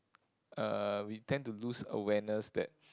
uh we tend to lose awareness that